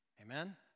Amen